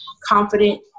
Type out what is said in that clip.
confident